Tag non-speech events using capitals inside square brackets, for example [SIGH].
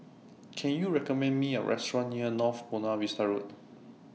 Can YOU recommend Me A Restaurant near North Buona Vista Road [NOISE]